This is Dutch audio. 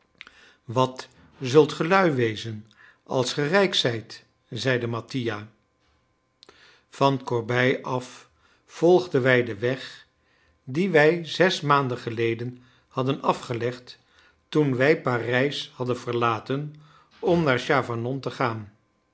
wat zult ge lui wezen als ge rijk zijt zeide mattia van corbeil af volgden wij den weg dien wij zes maanden geleden hadden afgelegd toen wij parijs hadden verlaten om naar chavanon te gaan